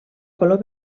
color